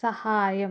സഹായം